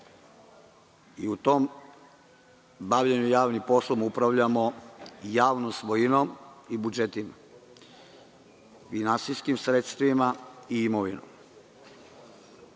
i u tom bavljenju javnim poslom upravljamo javnom svojinom i budžetima, finansijskim sredstvima i imovinom. Danas